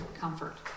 comfort